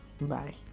Bye